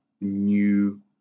new